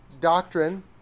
doctrine